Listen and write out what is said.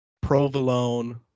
provolone